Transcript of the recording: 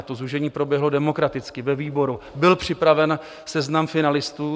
To zúžení proběhlo demokraticky ve výboru, byl připraven seznam finalistů.